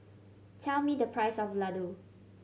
tell me the price of Ladoo